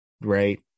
right